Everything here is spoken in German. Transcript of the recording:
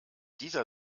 dieser